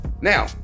Now